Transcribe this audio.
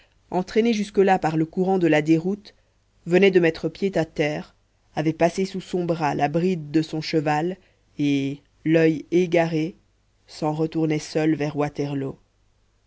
entraîné jusque-là par le courant de la déroute venait de mettre pied à terre avait passé sous son bras la bride de son cheval et l'oeil égaré s'en retournait seul vers waterloo